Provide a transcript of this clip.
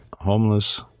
Homeless